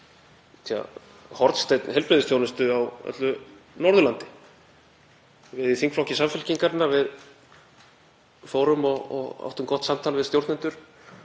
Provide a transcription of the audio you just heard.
hornsteinn heilbrigðisþjónustu á öllu Norðurlandi. Við í þingflokki Samfylkingarinnar fórum og áttum gott samtal við stjórnendur